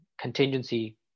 contingency